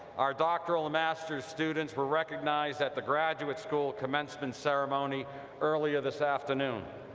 our doctoral and master's students were recognized at the graduate school commencement ceremony earlier this afternoon.